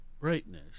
brightness